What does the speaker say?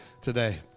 today